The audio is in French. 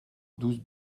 douze